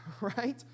right